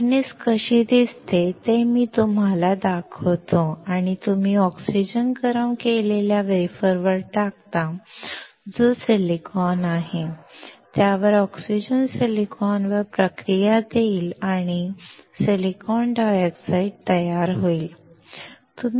भट्टी कशी दिसते ते मी तुम्हाला दाखवतो आणि तुम्ही ऑक्सिजन गरम केलेल्या वेफरवर टाकता जो सिलिकॉन आहे त्यानंतर ऑक्सिजन सिलिकॉनवर प्रतिक्रिया देईल आणि सिलिकॉन डायऑक्साइड तयार करेल